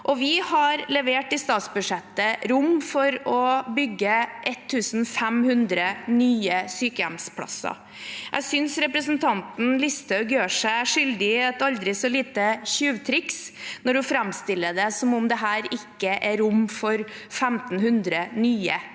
Vi har i statsbudsjettet gitt rom for å bygge 1 500 nye sykehjemsplasser. Jeg synes representanten Listhaug gjør seg skyldig i et aldri så lite tjuvtriks når hun framstiller det som om det her ikke er rom for 1 500 nye. Hvis man